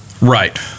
Right